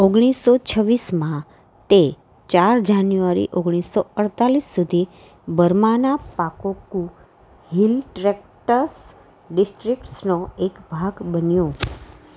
ઓગણીસો છવ્વીસમાં તે ચાર જાન્યુઆરી ઓગણીસો અડતાલીસ સુધી બર્માના પાકોક્કુ હિલ ટ્રેક્ટ્સ ડિસ્ટ્રિક્ટ્સનો એક ભાગ બન્યો